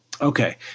Okay